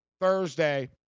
Thursday